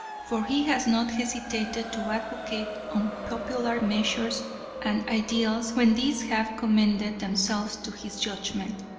for he has not hesitated to advocate unpopular measures and ideals when these have commended themselves to his judgment,